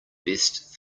best